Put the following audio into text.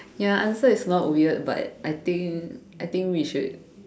ya answer is not weird but I think I think we should